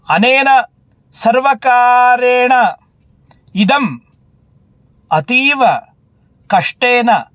अनेन सर्वकारेण इदम् अतीव कष्टेन